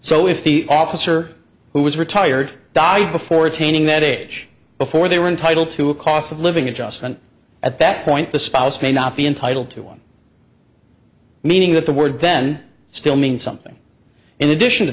so if the officer who was retired died before attaining that age before they were entitled to a cost of living adjustment at that point the spouse may not be entitled to one meaning that the word then still means something in addition to